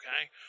Okay